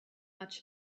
much